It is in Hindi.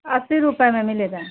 अस्सी रुपये में मिलेगा